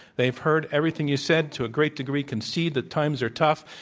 they've heard everything you said. to a great degree, concede that times are tough.